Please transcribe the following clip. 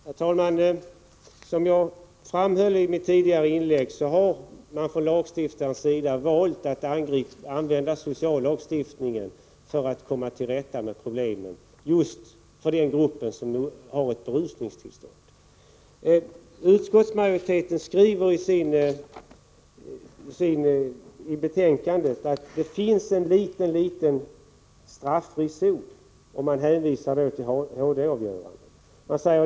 Herr talman! Som jag framhöll i mitt tidigare inlägg har man från lagstiftarens sida valt att använda sociallagstiftning för att komma till rätta med problemet för den grupp som har ett berusningstillstånd. Utskottsmajoriteten skriver i betänkandet att det finns en liten straffri zon och hänvisar till HD-domen.